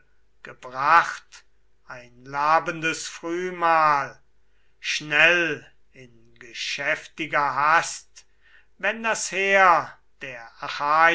gebracht ein labendes frühmahl schnell in geschäftiger hast wenn das heer der